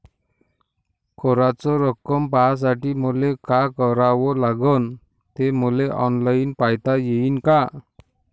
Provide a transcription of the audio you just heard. कराच रक्कम पाहासाठी मले का करावं लागन, ते मले ऑनलाईन पायता येईन का?